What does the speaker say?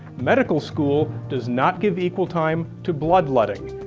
medical school does not give equal time to bloodletting.